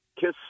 Kiss